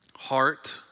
heart